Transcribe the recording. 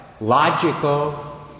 logical